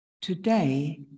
today